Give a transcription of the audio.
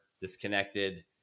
disconnected